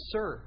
Sir